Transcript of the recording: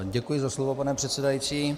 Děkuji za slovo, pane předsedající.